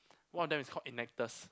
one of them is called Enactus